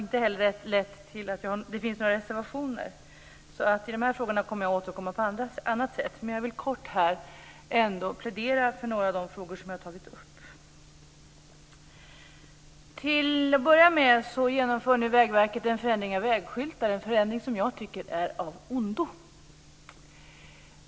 Inte heller har de lett till några reservationer. I de här frågorna återkommer jag därför på annat sätt. Jag vill ändå helt kort här plädera för några av de frågor som jag har tagit upp. Vägverket genomför nu en förändring av vägskyltar - en förändring som jag tycker är av ondo.